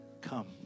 come